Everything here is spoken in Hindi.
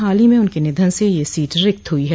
हाल में उनके निधन से यह सीट रिक्त हुई है